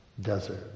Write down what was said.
Desert